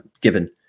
given